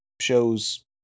show's